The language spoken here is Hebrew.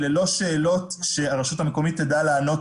אלה לא שאלות שהרשות המקומית תדע לענות